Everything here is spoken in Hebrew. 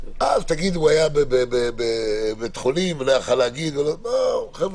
אז תגיד שהוא היה בבית חולים ולא היה יכול להגיד חבר'ה,